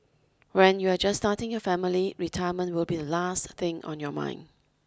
when you are just starting your family retirement will be the last thing on your mind